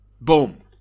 Boom